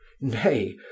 nay